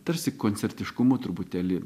tarsi koncertiškumo truputėlį